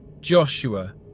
Joshua